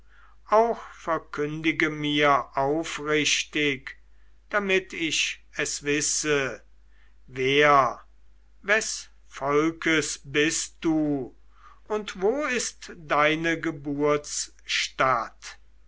auch verkündige mir aufrichtig damit ich es wisse wer wes volkes bist du und wo ist deine